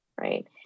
right